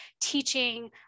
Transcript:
teaching